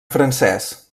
francès